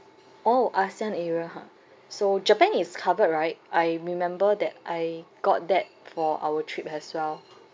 oh ASEAN area ha so japan is covered right I remember that I got that for our trip as well